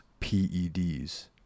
PEDs